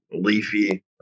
leafy